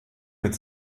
mit